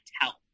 help